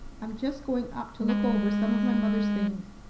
i'm just going up to look over some of my mother's things.